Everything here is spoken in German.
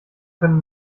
können